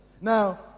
Now